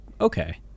okay